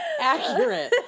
Accurate